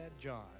John